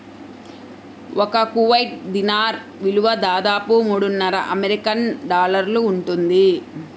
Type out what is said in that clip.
ఒక కువైట్ దీనార్ విలువ దాదాపు మూడున్నర అమెరికన్ డాలర్లు ఉంటుంది